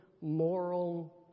moral